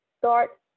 start